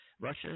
Russia